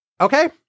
Okay